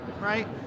right